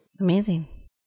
Amazing